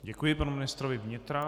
Děkuji panu ministrovi vnitra.